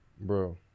bro